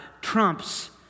trumps